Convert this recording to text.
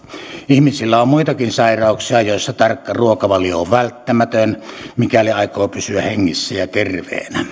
ihmisillä on muitakin sairauksia joissa tarkka ruokavalio on välttämätön mikäli aikoo pysyä hengissä ja terveenä